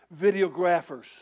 Videographers